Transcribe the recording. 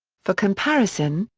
for comparison,